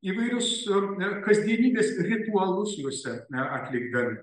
įvairius kasdienybės ritualus juose atlikdami